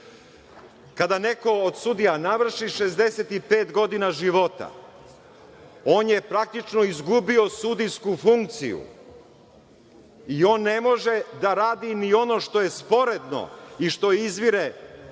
Kada neko od sudija navrši 65 godina života, on je praktično izgubio sudijsku funkciju. On ne može da radi ni ono što je sporedno i što izvire, ili